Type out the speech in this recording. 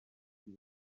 iki